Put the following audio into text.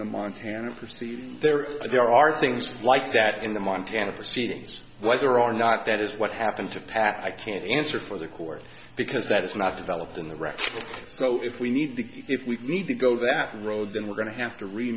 the montana proceed there there are things like that in the montana proceedings whether or not that is what happened to pac i can't answer for the court because that is not developed in the record so if we need to if we need to go that road then we're going to have to re